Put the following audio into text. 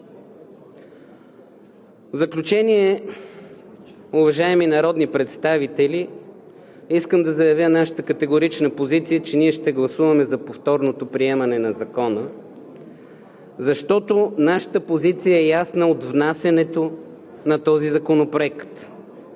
В заключение, уважаеми народни представители, искам да заявя нашата категорична позиция, че ние ще гласуваме за повторното приемане на Закона, защото нашата позиция е ясна от внасянето на този законопроект.